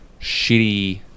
shitty